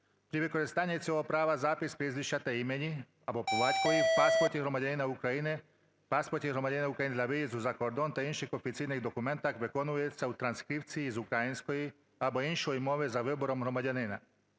При використанні цього права запис прізвища та імені (або по батькові) в паспорті громадянина України, паспорті громадянина України для виїзду за кордон та інших офіційних документах виконується у транскрипції з української або іншої мови за вибором громадянина.